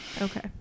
Okay